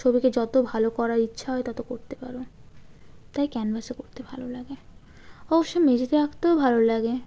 ছবিকে যত ভালো করার ইচ্ছা হয় তত করতে পারো তাই ক্যানভাসে করতে ভালো লাগে অবশ্য মেঝেতে আঁকতেও ভালো লাগে